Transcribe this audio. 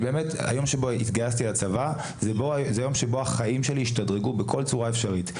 היום שבו התגייסתי לצבא זה היום שבו החיים שלי השתדרגו בכל צורה אפשרית.